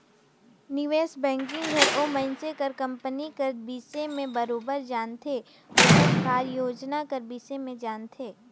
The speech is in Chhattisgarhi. निवेस बैंकिंग हर ओ मइनसे कर कंपनी कर बिसे में बरोबेर जानथे ओकर कारयोजना कर बिसे में जानथे